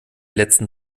letzten